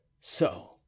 So